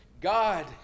God